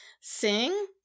sing